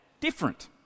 different